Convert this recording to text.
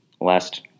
last